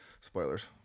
Spoilers